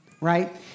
right